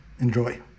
Enjoy